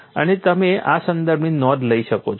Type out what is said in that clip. અને તમે આ સંદર્ભની નોંધ લઈ શકો છો